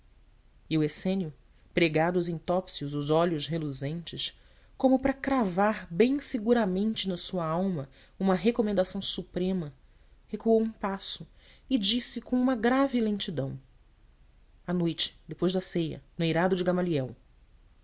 e o essênio pregados em topsius os olhos reluzentes como para cravar bem seguramente na sua alma uma recomendação suprema recuou um passo e disse com uma grave lentidão à noite depois da ceia no eirado de gamaliel